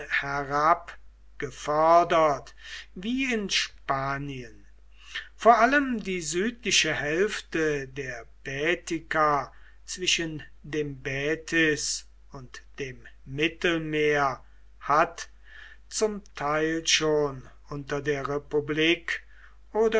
herab gefördert wie in spanien vor allem die südliche hälfte der baetica zwischen dem baetis und dem mittelmeer hat zum teil schon unter der republik